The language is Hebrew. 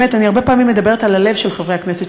הרבה פעמים אני מדברת על הלב של חברי הכנסת,